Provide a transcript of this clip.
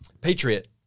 Patriot